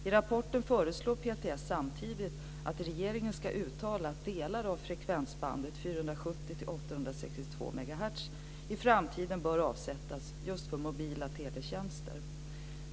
I rapporten föreslår PTS samtidigt att regeringen ska uttala att delar av frekvensbandet 470-862 MHz i framtiden bör avsättas just för mobila teletjänster.